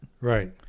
Right